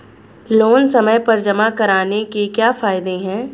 Loan समय पर जमा कराने के क्या फायदे हैं?